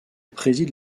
préside